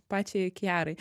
pačiai kiarai